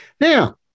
Now